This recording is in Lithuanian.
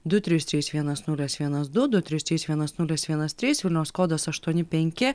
du trys trys vienas nulis vienas du du trys trys vienas nulis vienas trys vilniaus kodas aštuoni penki